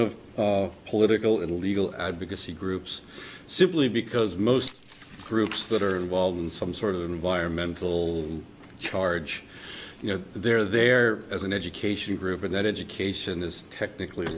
of political and legal advocacy groups simply because most groups that are involved in some sort of environmental charge you know they're there as an education group or that education is technically